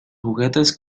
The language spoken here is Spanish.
juguetes